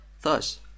thus